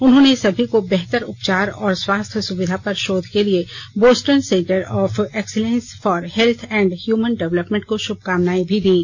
उन्होंने सभी को बेहतर उपचार और स्वास्थ्य सुविधा पर शोध के लिए Boston centre of excellence for health and human development को शुभकामनाएं भी दीं